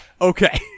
okay